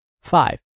Five